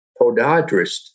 podiatrist